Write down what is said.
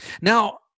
now